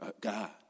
God